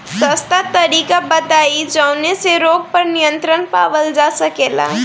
सस्ता तरीका बताई जवने से रोग पर नियंत्रण पावल जा सकेला?